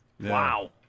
wow